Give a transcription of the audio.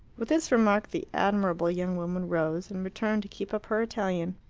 with this remark the admirable young woman rose, and returned to keep up her italian.